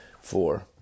four